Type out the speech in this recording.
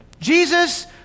Jesus